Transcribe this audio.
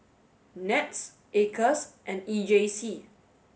NETS Acres and E J C